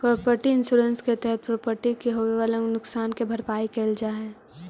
property insurance के तहत property के होवेऽ वाला नुकसान के भरपाई कैल जा हई